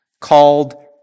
called